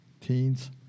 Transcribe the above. teens